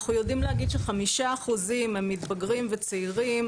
אנחנו יודעים להגיד ש-5% הם מתבגרים וצעירים,